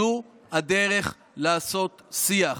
זו הדרך לעשות שיח.